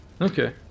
Okay